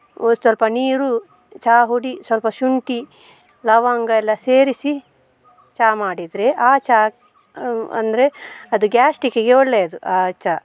ಸ್ವಲ್ಪ ನೀರು ಚಹಾ ಪುಡಿ ಸ್ವಲ್ಪ ಶುಂಠಿ ಲವಂಗ ಎಲ್ಲ ಸೇರಿಸಿ ಚಹಾ ಮಾಡಿದರೆ ಆ ಚಹಾ ಅಂದರೆ ಅದು ಗ್ಯಾಸ್ಟಿಕ್ಕಿಗೆ ಒಳ್ಳೆಯದು ಆ ಚಹಾ